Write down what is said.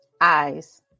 Eyes